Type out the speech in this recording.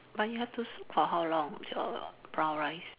but you have to soak for how long your brown rice